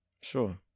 Sure